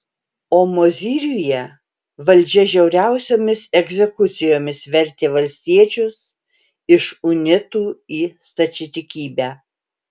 o mozyriuje valdžia žiauriausiomis egzekucijomis vertė valstiečius iš unitų į stačiatikybę